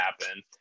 happen